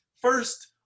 first